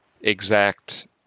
exact